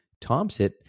Thompson